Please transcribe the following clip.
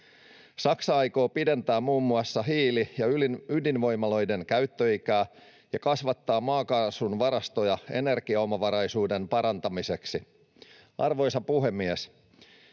Saksa aikoo pidentää muun muassa hiili- ja ydinvoimaloiden käyttöikää ja kasvattaa maakaasun varastoja energiaomavaraisuuden parantamiseksi. Arvoisa puhemies!